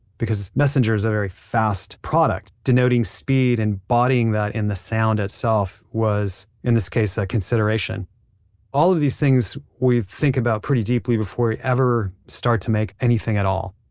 because messenger's a very fast product. denoting speed, and embodying that in the sound itself was, in this case, a consideration all of these things we think about pretty deeply before we ever start to make anything at all.